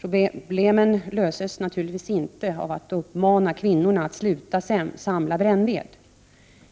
Problemen löses naturligtvis inte av att uppmana kvinnorna att sluta samla brännved.